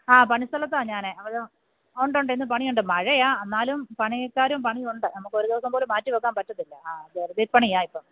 ആ പണി സ്ഥലത്താണ് ഞാന് ഉണ്ട് ഉണ്ട് ഇന്ന് പണി ഉണ്ട് മഴയാണ് എന്നാലും പണിക്കാരും പണി ഉണ്ട് നമുക്കൊരു ദിവസം പോലും മാറ്റി വെക്കാൻ പറ്റത്തില്ല ആ ധൃതി പണിയാണ് ഇപ്പം